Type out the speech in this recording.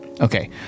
Okay